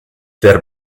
der